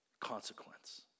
consequence